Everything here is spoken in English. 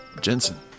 Jensen